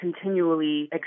continually